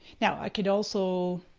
now, i could also,